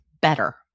better